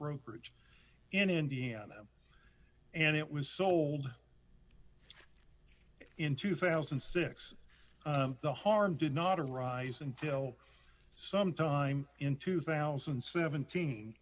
brokerage in indiana and it was sold in two thousand and six the harm did not arise until some time in two thousand and seventeen